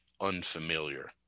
unfamiliar